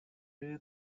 rero